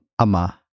ama